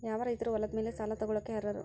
ಯಾವ ರೈತರು ಹೊಲದ ಮೇಲೆ ಸಾಲ ತಗೊಳ್ಳೋಕೆ ಅರ್ಹರು?